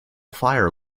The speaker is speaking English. fire